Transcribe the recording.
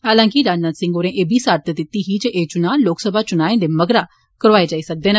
हालांके राजनाथ सिंह होरें एह् बी सारत दित्ती ही जे एह् चुनां लोकसभा चुनाएं दे मगरा करोआए जाई सकदे न